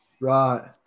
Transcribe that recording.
right